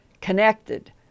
connected